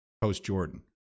post-Jordan